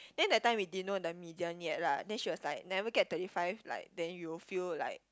then the time we didn't know the medium yet lah then she was like never get thirty five like then you will feel like